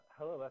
Hello